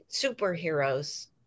superheroes